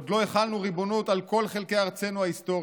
עוד לא החלנו ריבונות על כל חלקי ארצנו ההיסטורית.